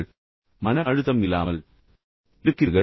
உங்களுக்கு எந்த மன அழுத்தமும் இல்லாமல் இருக்கிறீர்கள்